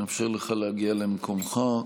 נאפשר לך להגיע למקומך,